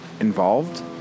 involved